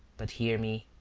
but hear me.